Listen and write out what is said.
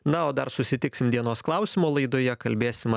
na o dar susitiksim dienos klausimų laidoje kalbėsim